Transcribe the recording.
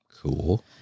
cool